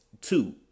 two